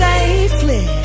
Safely